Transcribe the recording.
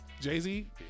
Jay-Z